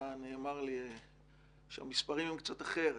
נאמר לי שהמספרים הם קצת אחרת.